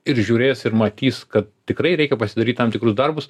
ir žiūrės ir matys kad tikrai reikia pasidaryt tam tikrus darbus